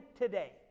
today